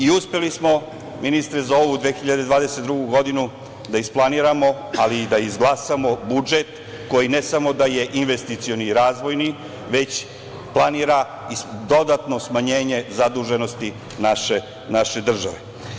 Uspeli smo, ministre, za ovu 2022. godinu da isplaniramo, ali i da izglasamo budžet, koji ne samo da je investicioni i razvojni, već planira i dodatno smanjenje zaduženosti naše države.